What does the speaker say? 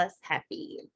Happy